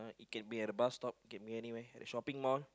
it can be at the bus stop it can be anywhere at a shopping mall